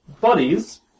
Buddies